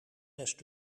best